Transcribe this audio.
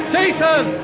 Jason